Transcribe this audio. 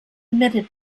emitted